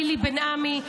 לילי בן עמי,